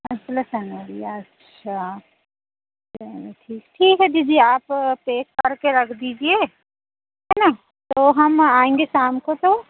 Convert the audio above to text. अंचला संवरिया अच्छा चलो ठीक ठीक है दीदी आप पेक करके रख दीजिए है ना तो हम आएँगे शाम को तो